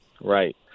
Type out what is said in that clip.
right